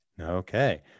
Okay